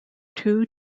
two